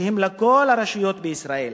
שהן לכל הרשויות בישראל,